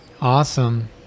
Awesome